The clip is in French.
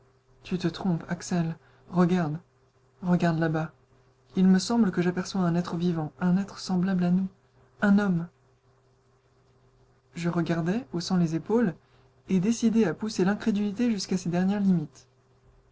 tu te trompes axel regarde regarde là-bas il me semble que j'aperçois un être vivant un être semblable à nous un homme je regardai haussant les épaules et décidé à pousser l'incrédulité jusqu'à ses dernières limites